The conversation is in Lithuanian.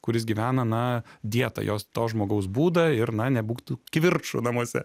kuris gyvena na dietą jos to žmogaus būdą ir na nebūtų kivirčų namuose